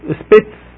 spits